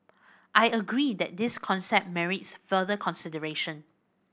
I agree that this concept merits further consideration